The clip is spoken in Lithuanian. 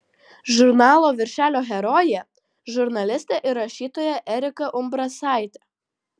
žurnalo viršelio herojė žurnalistė ir rašytoja erika umbrasaitė